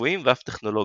רפואיים ואף טכנולוגיים.